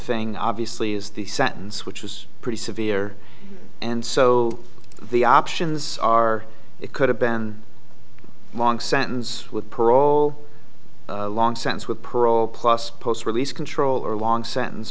thing obviously is the sentence which was pretty severe and so the options are it could have been long sentence with parole long sentence with parole plus post release control or a long sentence